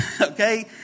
okay